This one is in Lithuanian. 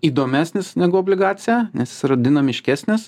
įdomesnis negu obligacija nes yra dinamiškesnis